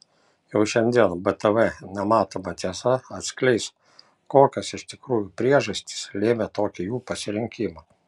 jau šiandien btv nematoma tiesa atskleis kokios iš tikrųjų priežastys lėmė tokį jų pasirinkimą